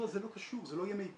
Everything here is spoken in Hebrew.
לא, זה לא קשור, זה לא יהיה מידע.